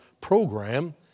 program